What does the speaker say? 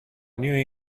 knew